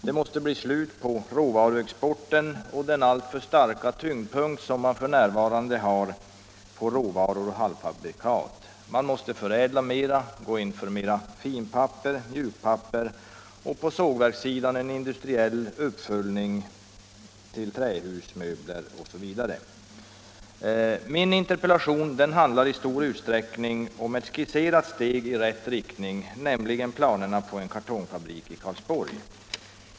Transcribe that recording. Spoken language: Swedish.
Det måste bli slut på råvaruexporten och den alltför starka tyngdpunkt som man f.n. har på råvaror och halvfabrikat. Man måste förädla mera, gå in för mera finpapper och mjukpapper, och på sågverkssidan en industriell uppföljning till trähus, möbler osv. Min interpellation handlar i stor utsträckning om ett skisserat steg i rätt riktning, nämligen planerna på en kartongfabrik i Karlsborg.